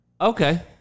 Okay